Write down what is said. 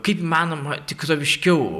kaip įmanoma tikroviškiau